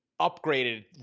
upgraded